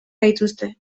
gaituzte